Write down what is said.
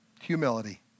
humility